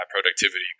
productivity